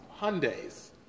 Hyundais